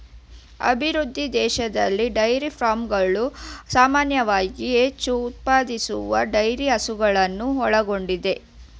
ಅಭಿವೃದ್ಧಿ ದೇಶದಲ್ಲಿ ಡೈರಿ ಫಾರ್ಮ್ಗಳು ಸಾಮಾನ್ಯವಾಗಿ ಹೆಚ್ಚು ಉತ್ಪಾದಿಸುವ ಡೈರಿ ಹಸುಗಳನ್ನು ಒಳಗೊಂಡಿದೆ